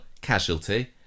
Casualty